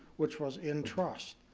which was in trust.